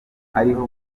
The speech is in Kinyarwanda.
ariho